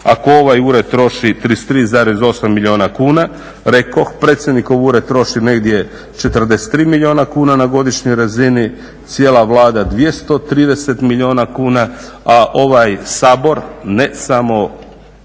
ako ovaj ured troši 33,8 milijuna kuna, rekoh predsjednikov ured troši negdje 43 milijuna kuna na godišnjoj razini, cijela Vlada 230 milijuna kuna, a ovaj Sabor ne samo